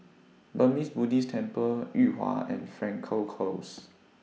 Burmese Buddhist Temple Yuhua and Frankel Close